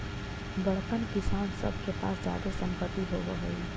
बड़कन किसान सब के पास जादे सम्पत्ति होवऽ हई